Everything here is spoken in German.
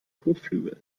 kotflügeln